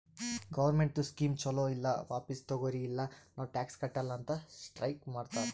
ಗೌರ್ಮೆಂಟ್ದು ಸ್ಕೀಮ್ ಛಲೋ ಇಲ್ಲ ವಾಪಿಸ್ ತಗೊರಿ ಇಲ್ಲ ನಾವ್ ಟ್ಯಾಕ್ಸ್ ಕಟ್ಟಲ ಅಂತ್ ಸ್ಟ್ರೀಕ್ ಮಾಡ್ಯಾರ್